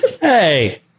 Hey